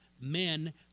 men